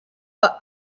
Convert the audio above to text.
but